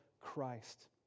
Christ